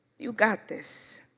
you got this.